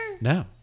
No